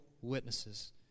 witnesses